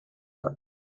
luck